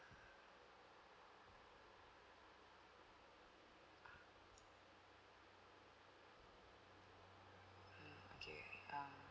mm okay uh